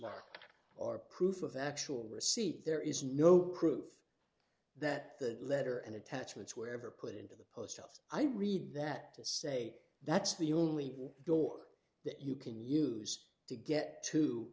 mark or proof of actual receipt there is no proof that the letter and attachments were ever put into the post office i read that to say that's the only door that you can use to get to